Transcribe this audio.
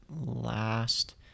last